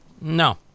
No